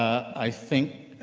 i think,